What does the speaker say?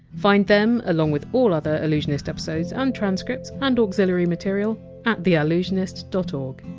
find them along with all other allusionist episodes and transcripts and auxiliary material at theallusionist dot o